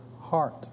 heart